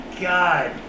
god